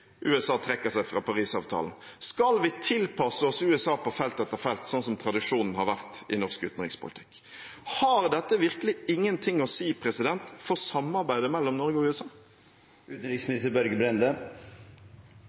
USA trekker seg fra Paris-avtalen? Skal vi tilpasse oss USA på felt etter felt, slik som tradisjonen har vært i norsk utenrikspolitikk? Har dette virkelig ingenting å si for samarbeidet mellom Norge og USA?